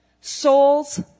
souls